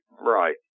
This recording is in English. right